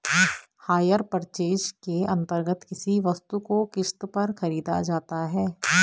higher purchase के अंतर्गत किसी वस्तु को किस्त पर खरीदा जाता है